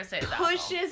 pushes